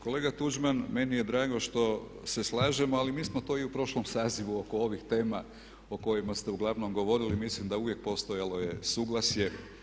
Kolega Tuđman, meni je drago što se slažemo, ali mi smo to i u prošlom sazivu oko ovih tema o kojima ste uglavnom govorili, mislim da uvijek postojalo je suglasje.